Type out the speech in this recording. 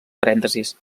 parèntesis